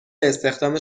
استخدام